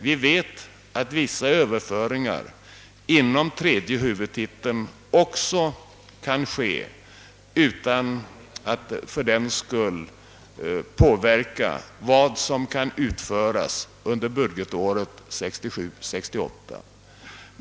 Vi vet att vissa överföringar inom tredje huvudtiteln också kan ske utan att fördenskull påverka vad som kan utföras under budgetåret 1967/68.